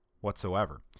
whatsoever